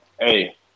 Hey